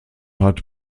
hat